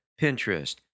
Pinterest